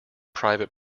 private